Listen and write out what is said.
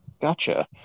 Gotcha